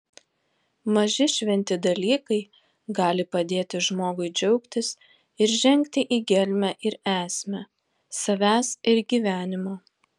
maži šventi dalykai gali padėti žmogui džiaugtis ir žengti į gelmę ir esmę savęs ir gyvenimo